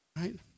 Right